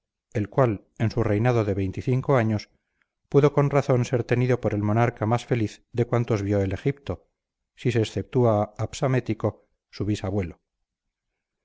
el cual en su reinado de años pudo con razón ser tenido por el monarca más feliz de cuantos vio el egipto si se exceptúa a psamético su bisabuelo